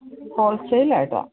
whole സെയിലായിട്ടാണ്